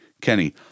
Kenny